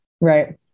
right